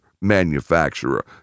manufacturer